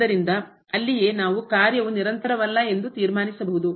ಆದ್ದರಿಂದ ಅಲ್ಲಿಯೇ ನಾವು ಕಾರ್ಯವು ನಿರಂತರವಲ್ಲ ಎಂದು ತೀರ್ಮಾನಿಸಬಹುದು